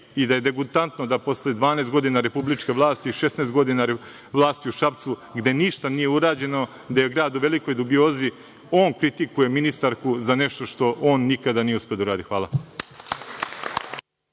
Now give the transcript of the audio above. da je degutantno da posle 12 godina republičke vlasti i 16 godina vlasti u Šapcu, gde ništa nije urađeno, gde je grad u velikoj dubiozi, on kritikuje ministarku za nešto što on nije uspeo da uradi.